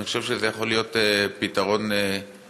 אני חושב שזה יכול להיות פתרון הגיוני